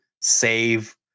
save